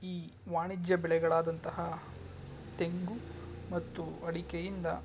ಈ ವಾಣಿಜ್ಯ ಬೆಳೆಗಳಾದಂತಹ ತೆಂಗು ಮತ್ತು ಅಡಿಕೆಯಿಂದ